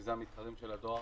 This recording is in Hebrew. שזה המתחרים של הדואר,